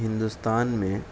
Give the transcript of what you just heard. ہندوستان میں